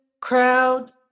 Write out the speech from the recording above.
crowd